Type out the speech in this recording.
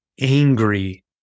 angry